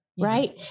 right